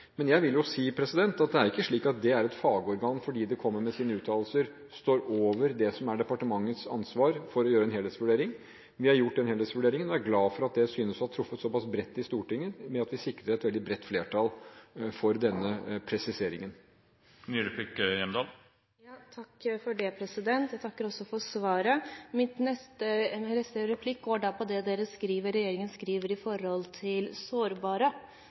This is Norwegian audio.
men jeg vil si at det er ikke slik at fordi et fagorgan kommer med sine uttalelser, står det over departementets ansvar for å gjøre en helhetsvurdering. Vi har gjort den helhetsvurderingen og er glade for at det synes å ha truffet såpass bredt i Stortinget. Vi sikret et veldig bredt flertall for denne presiseringen. Jeg takker for svaret. Min neste replikk går på det regjeringen skriver om sårbare: Foreldre som kommer til landet, eventuelt med surrogatbarn, er sårbare, er i en sårbar fase. I annen strafferett i Norge tar man ikke hensyn til